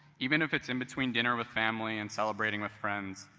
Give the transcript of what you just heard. even if it's in between dinner with family and celebrating with friends,